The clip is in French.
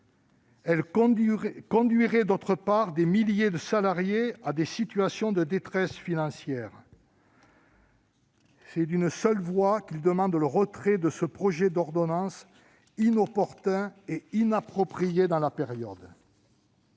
et conduirait des milliers de salariés dans des situations de détresse financière. C'est d'une seule voix qu'ils demandent le retrait de ce projet d'ordonnance, inopportun et inapproprié dans cette période.